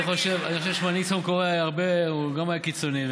אני חושב שמנהיג צפון קוריאה גם היה קיצוני,